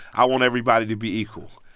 i want everybody to be equal.